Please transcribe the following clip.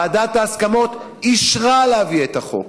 ועדת ההסכמות אישרה להביא את החוק,